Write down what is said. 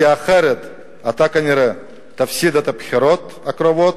כי אחרת, אתה כנראה תפסיד את הבחירות הקרובות,